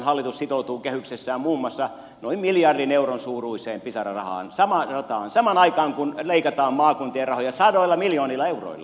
hallitus sitoutuu kehyksessään muun muassa noin miljardin euron suuruiseen pisara rataan samaan aikaan kun leikataan kuntien rahoja sadoilla miljoonilla euroilla